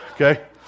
okay